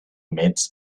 midst